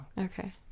Okay